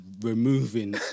removing